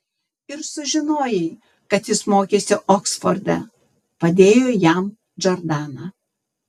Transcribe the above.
ir sužinojai kad jis mokėsi oksforde padėjo jam džordana